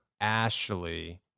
Ashley